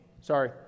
Sorry